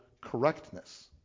correctness